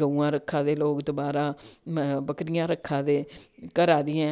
गवां रक्खा दे लोग दवारा बकरियां रक्खा दे घरा दियां